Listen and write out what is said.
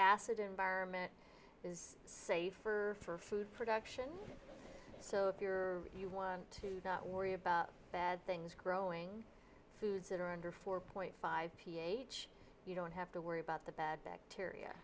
acid environment it's safe for food production so if you're you want to worry about bad things growing foods that are under four point five ph you don't have to worry about the bad bacteria